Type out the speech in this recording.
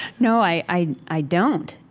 no, i i don't.